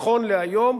נכון להיום,